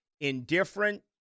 indifferent